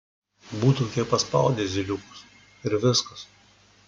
būtų kiek paspaudę zyliukus ir viskas